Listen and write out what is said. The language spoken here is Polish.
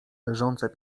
leżące